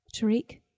Tariq